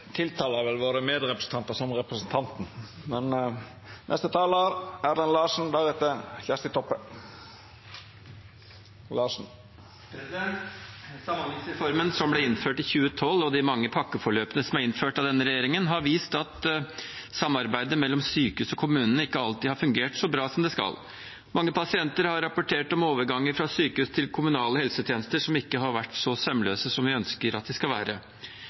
Samhandlingsreformen, som ble innført i 2012, og de mange pakkeforløpene som er innført av denne regjeringen, har vist at samarbeidet mellom sykehus og kommuner ikke alltid har fungert så bra som det skal. Mange pasienter har rapportert om overganger fra sykehus til kommunale helsetjenester som ikke har vært så sømløse som vi ønsker at de skal være.